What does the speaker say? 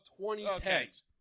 2010